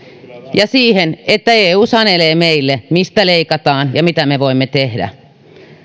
ja siihen että eu sanelee meille mistä leikataan ja mitä me voimme tehdä